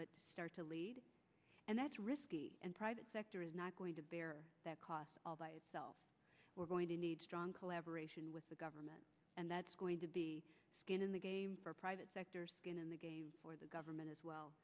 but start to lead and that's risky and private sector is not going to bear that cost all by itself we're going to need strong collaboration with the government and that's going to be skin in the game for private sector skin in the game for the government as well